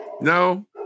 No